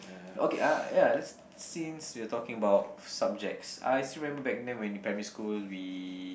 okay ah ya let's since we are talking about subjects I still remember back then when we primary school we